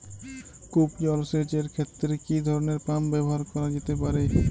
কূপ জলসেচ এর ক্ষেত্রে কি ধরনের পাম্প ব্যবহার করা যেতে পারে?